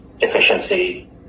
efficiency